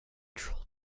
troll